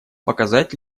показать